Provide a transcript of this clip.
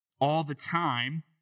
all-the-time